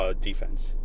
defense